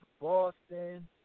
Boston